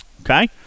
Okay